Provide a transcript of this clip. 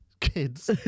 kids